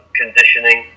conditioning